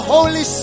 Holy